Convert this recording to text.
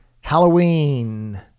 Halloween